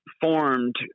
formed